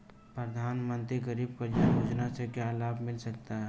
प्रधानमंत्री गरीब कल्याण योजना से क्या लाभ मिल सकता है?